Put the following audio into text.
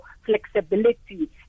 flexibility